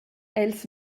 els